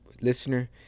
listener